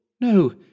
No